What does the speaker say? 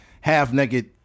half-naked